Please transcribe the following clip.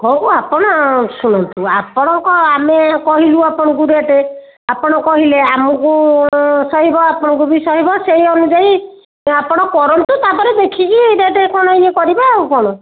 ହଉ ଆପଣ ଶୁଣନ୍ତୁ ଆପଣଙ୍କ ଆମେ କହିଲୁ ଆପଣଙ୍କୁ ରେଟ୍ ଆପଣ କହିଲେ ଆମକୁ ସହିବ ଆପଣଙ୍କୁ ବି ସହିବ ସେହି ଅନୁଯାୟୀ ଆପଣ କରନ୍ତୁ ତା'ପରେ ଦେଖିକି ରେଟ୍ କ'ଣ ଇଏ କରିବେ ଆଉ କ'ଣ